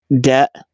debt